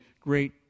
great